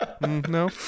no